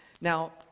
Now